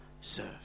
serve